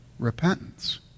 repentance